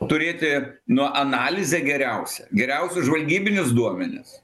turėti nu analizę geriausią geriausius žvalgybinius duomenis